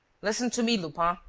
listen to me, lupin,